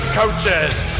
coaches